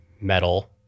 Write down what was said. metal